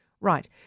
Right